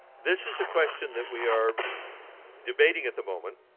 this is a question that we are debating at the moment.